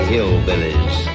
Hillbillies